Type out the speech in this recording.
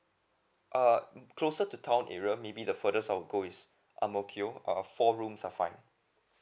uh closer to town area maybe the furthest south of go is ang mo kio uh four rooms are fine